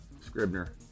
Scribner